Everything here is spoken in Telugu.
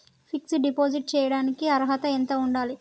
ఫిక్స్ డ్ డిపాజిట్ చేయటానికి అర్హత ఎంత ఉండాలి?